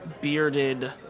bearded